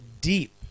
deep